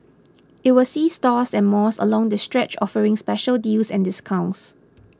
it will see stores and malls along the stretch offering special deals and discounts